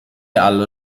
allo